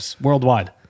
worldwide